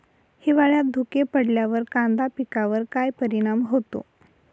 हिवाळ्यात धुके पडल्यावर कांदा पिकावर काय परिणाम होतो?